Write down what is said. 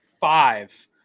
five